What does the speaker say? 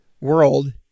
world